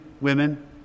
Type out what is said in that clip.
women